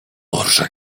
orszak